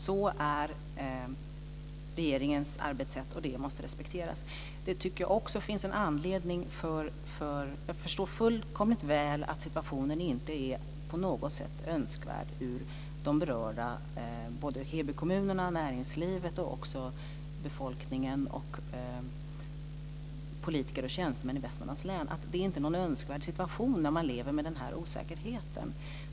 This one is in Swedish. Så är regeringens arbetssätt, och det måste respekteras. Jag förstår fullkomligt att det för de berörda i Heby kommun, näringslivet, befolkningen, politiker och tjänstemän i Västmanlands län inte är någon önskvärd situation att leva med den här osäkerheten.